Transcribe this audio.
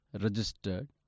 registered